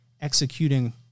executing